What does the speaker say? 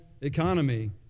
economy